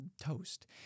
toast